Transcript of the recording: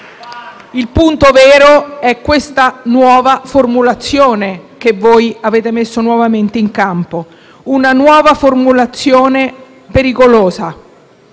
Il punto vero è la nuova formulazione che avete messo in campo, una nuova formulazione pericolosa: